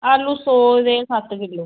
आलूं सौ रपे दे सत्त किलो